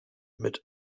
mit